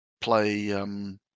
play